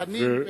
חנין,